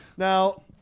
Now